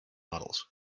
models